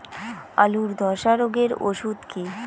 আলুর ধসা রোগের ওষুধ কি?